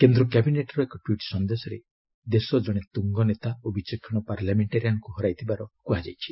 କେନ୍ଦ୍ର କ୍ୟାବିନେଟ୍ର ଏକ ଟ୍ୱିଟ୍ ସନ୍ଦେଶରେ ଦେଶ ଜଣେ ତୁଙ୍ଗନେତା ଓ ବିଚକ୍ଷଣ ପାର୍ଲାମେଣ୍ଟାରିଆନ୍ଙ୍କୁ ହରାଇ ଥିବାର କୁହାଯାଇଛି